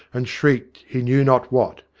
and shrieked he knew not what.